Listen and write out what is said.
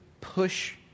Push